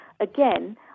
again